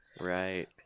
Right